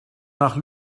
nach